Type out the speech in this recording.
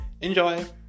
enjoy